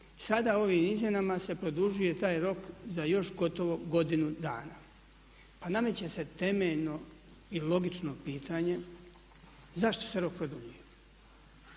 Sada ovim izmjenama se produžuje taj rok za još gotovo godinu dana. Pa nameće se temeljno i logično pitanje zašto se rok produljuje?